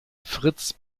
fritz